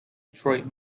detroit